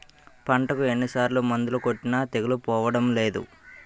పంటకు ఎన్ని సార్లు మందులు కొట్టినా తెగులు పోవడం లేదు